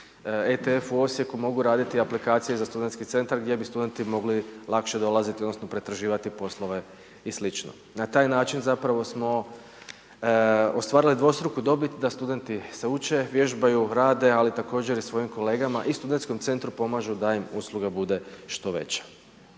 ETF u Osijeku mogu raditi aplikacije za studentski centar gdje bi studenti mogli lakše dolaziti odnosno pretraživati poslove i slično. Na taj način zapravo smo, ostvarili dvostruku dobit da studenti se uče, vježbaju, rade ali također i svojim kolegama i studentskom centru pomažu da im usluga bude što veća.